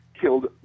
killed